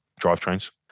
drivetrains